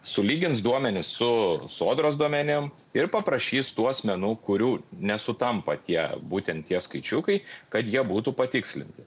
sulygins duomenis su sodros duomenim ir paprašys tų asmenų kurių nesutampa tie būtent tie skaičiukai kad jie būtų patikslinti